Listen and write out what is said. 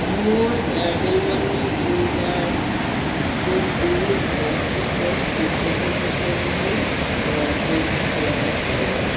মোৰ Airtel money Q R ক'ডটো ৱাটছেপত কোষেশ্বৰ পাচনিৰ লগত শ্বেয়াৰ কৰক